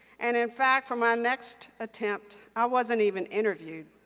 and in fact, for my next attempt, i wasn't even interviewed.